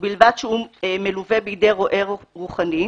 ובלבד שהוא מלווה בידי רועה רוחני,